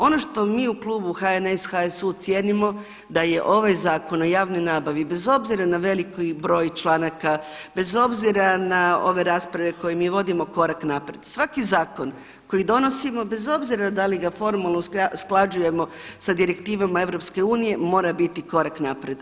Ono što mi u klubu HNS, HSU cijenimo da je ovaj Zakon o javnoj nabavi bez obzira na veliki broj članaka, bez obzira na ove rasprave koje mi vodimo korak naprijed, svaki zakon koji donosimo bez obzira da li ga formalno usklađujemo sa direktivama EU mora biti korak naprijed.